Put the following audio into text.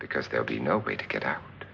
because there'll be no way to get out